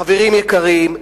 חברים יקרים,